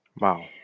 Wow